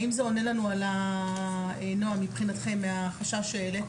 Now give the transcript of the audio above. נועה, האם זה עונה לנו על החשש שהעליתם?